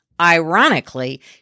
Ironically